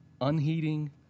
unheeding